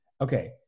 Okay